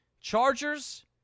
Chargers